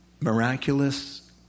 miraculous